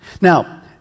Now